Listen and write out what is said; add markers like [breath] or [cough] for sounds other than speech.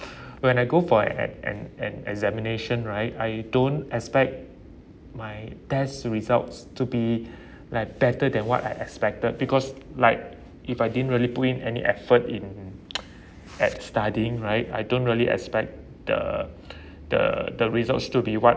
[breath] when I go for an an an examination right I don't expect my test results to be [breath] like better than what I expected because like if I didn't really put in any effort in [noise] at studying right I don't really expect the [breath] the the results to be what